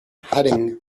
heading